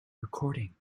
recording